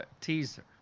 teaser